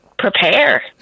prepare